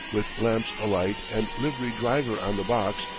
with lamps alight and liveried driver on the box,